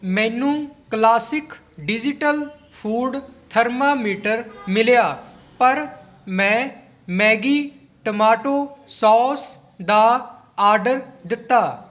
ਮੈਨੂੰ classic digital food thermometer ਮਿਲਿਆ ਪਰ ਮੈਂ ਮੈਗੀ ਟਮਾਟੋ ਸੌਸ ਦਾ ਆਰਡਰ ਦਿੱਤਾ